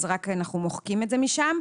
אז אנחנו מוחקים את זה משם,